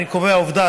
אני קובע עובדה,